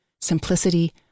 simplicity